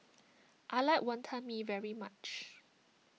I like Wonton Mee very much